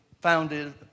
founded